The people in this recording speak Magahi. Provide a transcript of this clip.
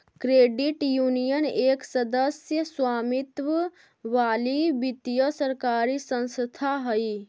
क्रेडिट यूनियन एक सदस्य स्वामित्व वाली वित्तीय सरकारी संस्था हइ